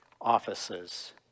offices